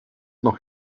noch